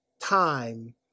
time